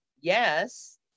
yes